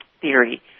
theory